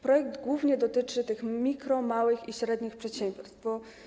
Projekt głównie dotyczy tych mikro-, małych i średnich przedsiębiorstw.